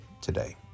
today